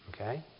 Okay